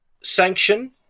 sanction